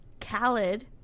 Khaled